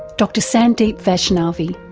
dr sandeep vaishnavi.